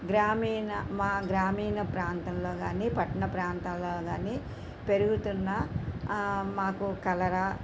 గ్రామీణ మా గ్రామీణ ప్రాంతంలో గానీ పట్టణ ప్రాంతాల్లో గాని పెరుగుతున్న మాకు కలరా